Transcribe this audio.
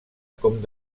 com